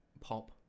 pop